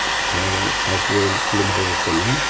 छ छ किलोमिटर जस्तोमा